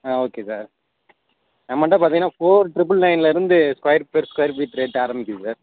ஆ okay sir நம்மகிட்ட பார்த்திங்கன்னா four triple நைன்லிருந்து square feet square feet rate ஆரம்பிக்குது சார்